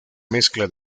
mezcla